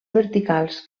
verticals